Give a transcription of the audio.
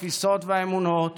התפיסות והאמונות